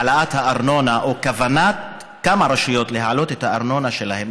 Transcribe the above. העלאת הארנונה או כוונת כמה רשויות להעלות את הארנונה שלהם,